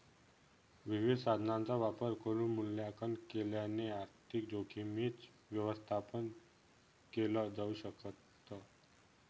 विविध साधनांचा वापर करून मूल्यांकन केल्याने आर्थिक जोखीमींच व्यवस्थापन केल जाऊ शकत